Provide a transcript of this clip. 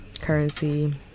currency